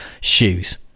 shoes